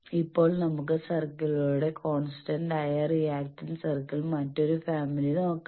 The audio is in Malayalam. ഇപ്പോൾ നമുക്ക് സർക്കിളുകളുടെ കോൺസ്റ്റന്റായ റിയാക്റ്റൻസ് സർക്കിൾ മറ്റൊരു ഫാമിലി നോക്കാം